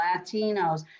latinos